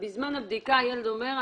אם הילד מבקש, הוא אומר: